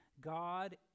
God